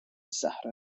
صحنه